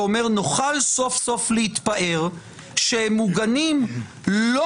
ואומר: נוכל סוף-סוף להתפאר שהם מוגנים לא